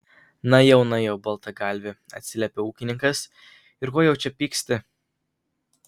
na jau na jau baltagalvi atsiliepė ūkininkas ir ko jau čia pyksti